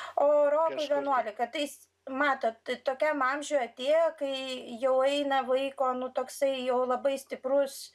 o rokui vienuolika tai matot tai tokiam amžiuj atėjo kai jau eina vaiko nu toksai jau labai stiprus